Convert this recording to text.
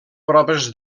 proves